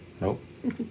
Nope